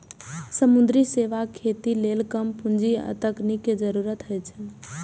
समुद्री शैवालक खेती लेल कम पूंजी आ तकनीक के जरूरत होइ छै